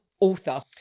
author